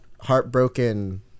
heartbroken